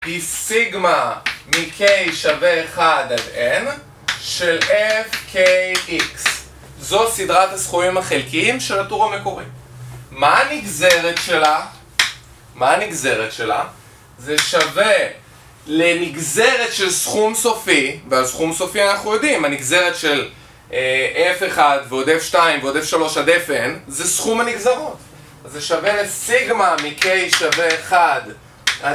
היא Sigma מ-K שווה 1 עד N של F K X זו סדרת הסכומים החלקיים של הטור המקורי מה הנגזרת שלה? זה שווה לנגזרת של סכום סופי והסכום סופי אנחנו יודעים, הנגזרת של F1 ועוד F2 ועוד F3 עד FN זה סכום הנגזרות, זה שווה Sigma מ-K שווה 1